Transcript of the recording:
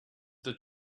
the